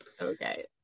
Okay